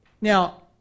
Now